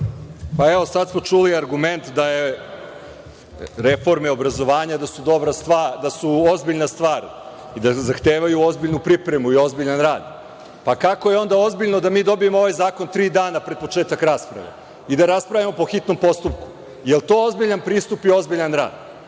Evo, sad smo čuli argument da su reforme obrazovanja dobra stvar, ozbiljna stvar i da zahtevaju ozbiljnu pripremu, ozbiljan rad. Pa, kako je onda ozbiljno da mi dobijemo ovaj zakon tri dana pred početak rasprave i da raspravljamo po hitnom postupku? Da li je to ozbiljan pristup i ozbiljan rad